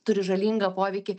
turi žalingą poveikį